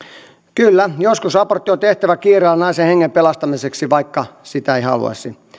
kyllä joskus abortti on tehtävä kiireellä naisen hengen pelastamiseksi vaikka sitä ei haluaisi